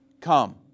come